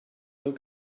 look